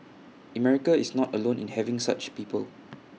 America is not alone in having such people